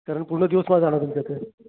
कारण पूर्ण दिवस माझा जाणार तुमच्या इथे